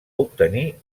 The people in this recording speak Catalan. obtenir